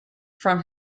from